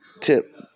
Tip